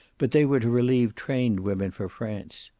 but they were to relieve trained women for france.